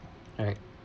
alright